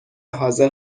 حاضر